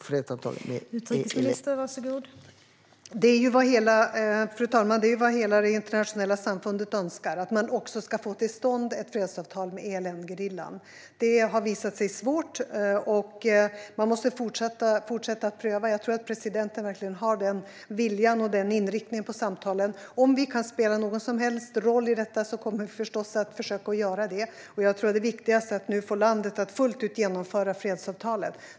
Fru talman! Vad hela det internationella samfundet önskar är att man ska få till stånd ett fredsavtal med ELN-gerillan. Det har visat sig svårt, och man måste fortsätta att försöka. Jag tror att presidenten verkligen har den viljan och den inriktningen på samtalen. Om vi kan spela någon som helst roll i detta kommer vi förstås att försöka göra det. Det viktigaste nu tror jag är att få landet att fullt ut genomföra fredsavtalet.